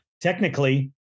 technically